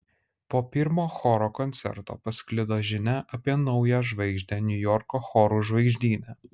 po pirmo choro koncerto pasklido žinia apie naują žvaigždę niujorko chorų žvaigždyne